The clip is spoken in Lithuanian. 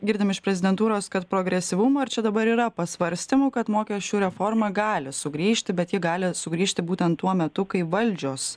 girdim iš prezidentūros kad progresyvumo ir čia dabar yra pasvarstymų kad mokesčių reforma gali sugrįžti bet ji gali sugrįžti būtent tuo metu kai valdžios